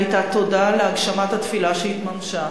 היתה תודה על הגשמת התפילה והתממשותה.